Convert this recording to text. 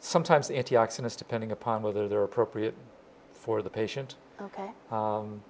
sometimes antioxidants depending upon whether they're appropriate for the patient ok